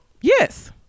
Yes